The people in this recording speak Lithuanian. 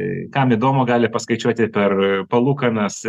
ė kam įdomu gali paskaičiuoti per palūkanas